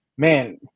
Man